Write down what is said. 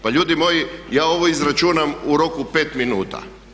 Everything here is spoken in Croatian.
Pa ljudi moji, ja ovo izračunam u roku pet minuta.